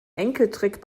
enkeltrick